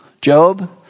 Job